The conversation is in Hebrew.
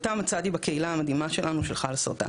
אותם מצאתי בקהילה המדהימה שלנו, של ׳חלאסרטן׳.